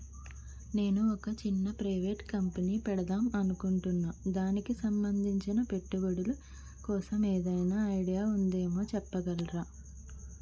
నేను ఒక చిన్న ప్రైవేట్ కంపెనీ పెడదాం అనుకుంటున్నా దానికి సంబందించిన పెట్టుబడులు కోసం ఏదైనా ఐడియా ఉందేమో చెప్పగలరా?